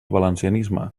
valencianisme